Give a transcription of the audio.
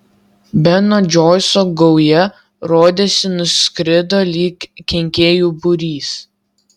beno džoiso gauja rodėsi nuskrido lyg kenkėjų būrys